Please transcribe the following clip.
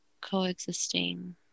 coexisting